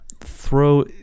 throw